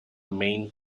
main